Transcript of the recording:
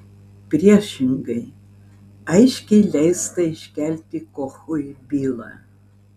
priešingai aiškiai leista iškelti kochui bylą